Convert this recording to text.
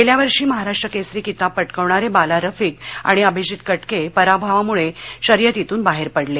गेल्या वर्षी महाराष्ट्र केसरी किताब पटकवणारे बाला रफिक आणि अभिजित कटके पराभवामुळे शर्यतीतून बाहेर पडले